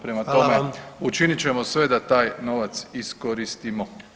Prema tome, učinit ćemo sve da taj novac iskoristimo.